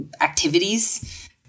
activities